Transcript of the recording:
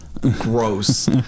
gross